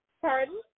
pardon